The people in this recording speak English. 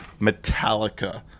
Metallica